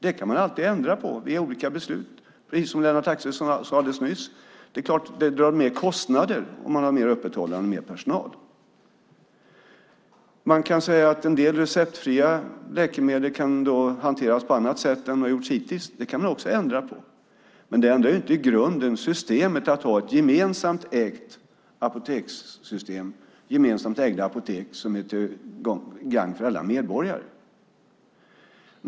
Det kan man ändra på genom olika beslut, som Lennart Axelsson sade nyss. Det drar naturligtvis mer kostnader om man har längre öppethållande och mer personal. Man kan säga att en del receptfria läkemedel kan hanteras på annat sätt än hittills. Det kan man också ändra på. Men det ändrar inte i grunden systemet att ha gemensamt ägda apotek som är till gagn för alla medborgare.